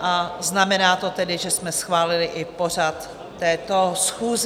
A znamená to tedy, že jsme schválili i pořad této schůze.